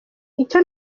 icyo